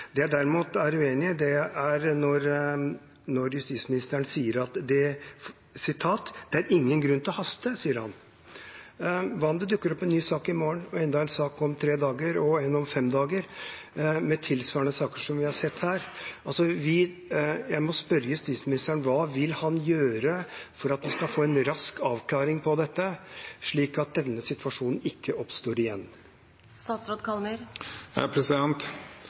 jeg derimot er uenig, er når justisministeren sier at det er ingen grunn til hast. Hva om det dukker opp en ny sak i morgen, enda en sak om tre dager og én om fem dager, saker tilsvarende dem som vi har sett her? Jeg må spørre justisministeren: Hva vil han gjøre for at vi skal få en rask avklaring av dette, slik at denne situasjonen ikke oppstår